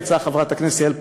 יצאה חברת הכנסת יעל כהן-פארן,